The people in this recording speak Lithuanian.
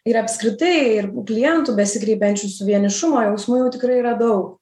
ir apskritai ir klientų besikreipiančių vienišumo jausmu jų tikrai yra daug